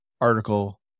article